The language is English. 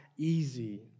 easy